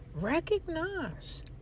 recognize